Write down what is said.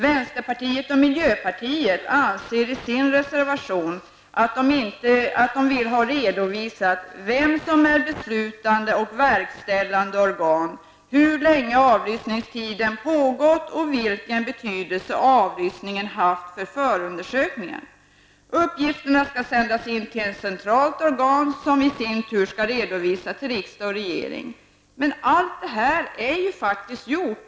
Vänsterpartiet och miljöpartiet säger i sin reservation att de vill ha en redovisning av vilka som är beslutande och verkställande organ, hur länge avlyssningen pågått och vilken betydelse avlyssningen haft för förundersökningen. Uppgifterna skall enligt reservanterna sändas in till ett centralt organ, som i sin tur skall lämna en redovisning till riksdagen och regeringen. Men allt detta är faktiskt gjort.